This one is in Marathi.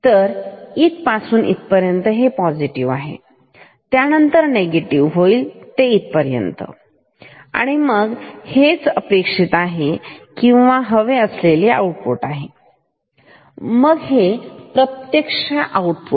तर इथपासून तिथपर्यंत हे पॉझिटिव्ह राहील त्यानंतर निगेटिव्ह होईल इथ पर्यंत ठीक आहे मग हेच अपेक्षित आहे किंवा हवे असलेले आउटपुट हेच आहे पण हे प्रत्यक्ष आउटपुट आहे